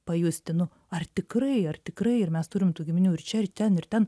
pajusti nu ar tikrai ar tikrai ir mes turim tų giminių ir čia ir ten ir ten